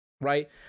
right